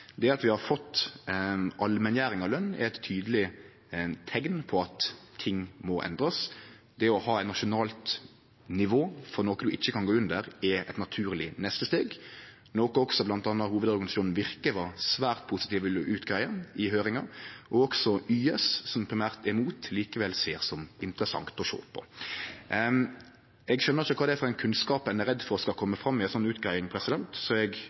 Det at vi har fått allmenngjering av løn, er eit tydeleg teikn på at noko må endrast. Det å ha eit nasjonalt nivå, noko du ikkje kan gå under, er eit naturleg neste steg, noko bl.a. også hovudorganisasjonen Virke i høyringa var svært positiv til og ville utgreie. Det same var YS, som primært er imot, men som likevel såg på dette som interessant. Eg skjønar ikkje kva det for ein kunnskap ein er redd for skal kome fram i ei slik utgreiing, så eg